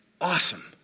awesome